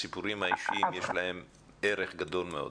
הסיפורים האישיים, יש להם ערך גדול מאוד.